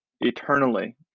eternally